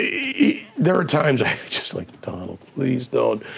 yeah there are times i'm just like, donald, please don't,